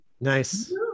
Nice